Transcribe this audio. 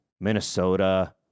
Minnesota